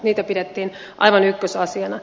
niitä pidettiin aivan ykkösasiana